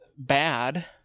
bad